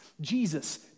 Jesus